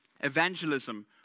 evangelism